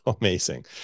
amazing